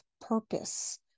purpose